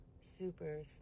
Super